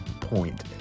point